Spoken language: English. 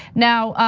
now,